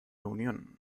unión